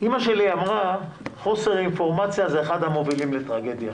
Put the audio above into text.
אמא שלי אמרה שחוסר אינפורמציה הוא אחד המובילים לטרגדיה,